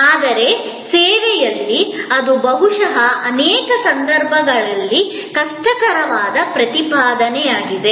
ಆದರೆ ಸೇವೆಯಲ್ಲಿ ಅದು ಬಹುಶಃ ಅನೇಕ ಸಂದರ್ಭಗಳಲ್ಲಿ ಕಷ್ಟಕರವಾದ ಪ್ರತಿಪಾದನೆಯಾಗಿದೆ